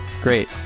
Great